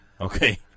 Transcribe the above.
Okay